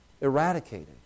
eradicated